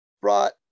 brought